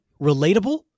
relatable